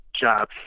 job